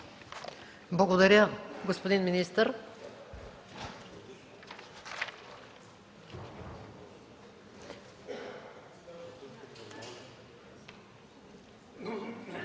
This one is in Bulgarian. Благодаря, господин министър.